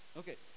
okay